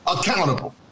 accountable